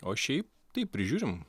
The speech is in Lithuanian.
o šiaip tai prižiūrim